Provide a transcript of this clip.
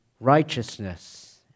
righteousness